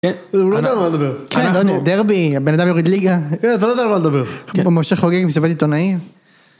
הוא לא יודע על מה לדבר. דרבי, הבן אדם יוריד ליגה. כן אתה לא יודע על מה לדבר. משה חוגג מסיבת עיתונאים.